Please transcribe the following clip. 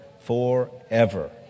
forever